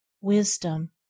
wisdom